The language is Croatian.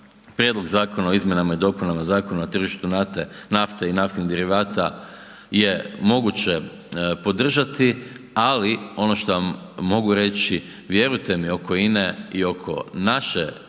Prijedlog zakona o izmjenama i dopunama Zakona o tržištu nafte i naftnih derivata je moguće podržati ali ono šta vam mogu reći, vjerujte mi, oko INA-e i oko naše